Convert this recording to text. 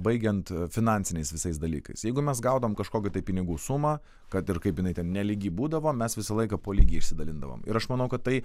baigiant finansiniais visais dalykais jeigu mes gaudom kažkokią tai pinigų sumą kad ir kaip jinai ten nelygi būdavo mes visą laiką po lygiai išsidalindavom ir aš manau kad tai